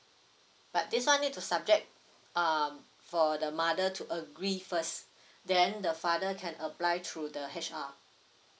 but this one need to subject uh for the mother to agree first then the father can apply through the H_R